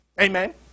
Amen